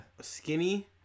Skinny